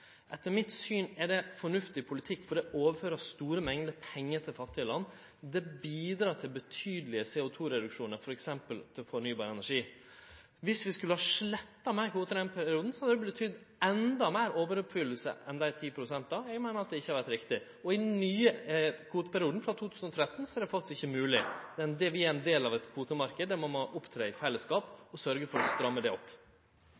Etter mitt syn er det fornuftig politikk, for det øverfører store mengder pengar til fattige land. Det bidrar til betydelige CO2-reduksjonar, f.eks. til fornybar energi. Dersom vi skulle ha sletta meir kvotar i den perioden, hadde det betydd endå meir overoppfylling enn dei ti prosentane. Eg meiner at det ikkje hadde vore riktig. I den nye kvoteperioden frå 2013 er det faktisk ikkje mogleg. Vi er ein del av ein kvotemarknad. Der må ein opptre i fellesskap og sørgje for å stramme det opp.